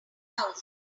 thousand